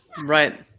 Right